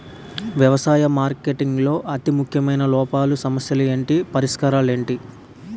వ్యవసాయ మార్కెటింగ్ లో అతి ముఖ్యమైన లోపాలు సమస్యలు ఏమిటి పరిష్కారాలు ఏంటి?